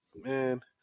Man